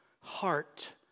heart